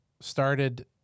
started